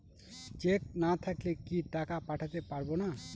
Check না থাকলে কি টাকা পাঠাতে পারবো না?